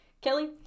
Kelly